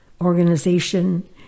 organization